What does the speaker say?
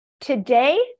today